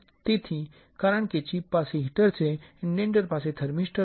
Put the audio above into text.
તેથી કારણ કે ચિપ પાસે હીટર છે ઇંટેન્ડર પાસે થર્મિસ્ટર છે